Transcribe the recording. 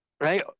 right